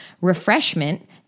refreshment